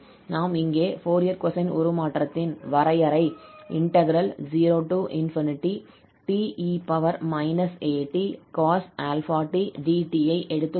நாம் இங்கே Fourier cosine உருமாற்றத்தின் வரையறை 0te atcos∝tdt ஐ எடுத்துக் கொள்வோம்